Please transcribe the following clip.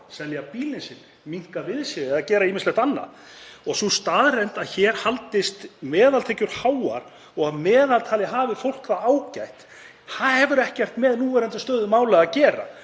selja bílinn sinn, minnka við sig eða gera ýmislegt annað. Sú staðreynd að hér haldist meðaltekjur háar og að að meðaltali hafi fólk það ágætt hefur ekkert með núverandi stöðu mála að gera.